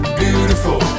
beautiful